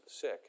sick